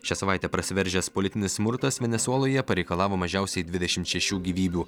šią savaitę prasiveržęs politinis smurtas venesueloje pareikalavo mažiausiai dvidešimt šešių gyvybių